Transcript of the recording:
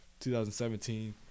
2017